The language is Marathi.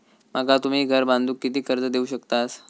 माका तुम्ही घर बांधूक किती कर्ज देवू शकतास?